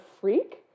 Freak